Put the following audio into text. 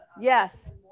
Yes